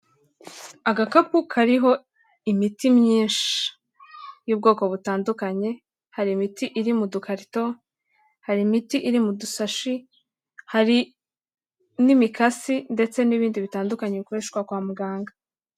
Agakapu kariho imiti myinshi. Y'ubwoko butandukanye, hari imiti iri mu dukarito, hari imiti iri mu dusashi, hari n'imikasi, ndetse n'ibindi bitandukanye. Bikoreshwa kwa muganga.